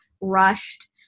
rushed